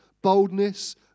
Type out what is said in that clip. boldness